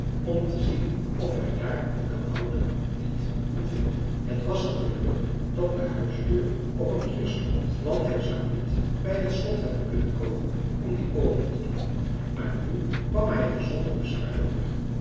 om te zien of hij daar den kabouter niet kon vinden t was een geluk dat de huisdeur op een kier stond want hij zou niet bij het slot hebben kunnen komen om die open te doen maar nu kwam hij er zonder bezwaar door